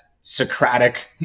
Socratic